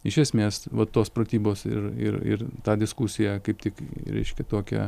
iš esmės va tos pratybos ir ir ir tą diskusiją kaip tik reiškia tokią